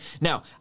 Now